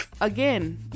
again